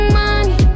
money